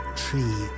tree